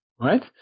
right